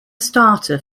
starter